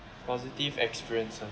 positive experiences